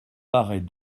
paraît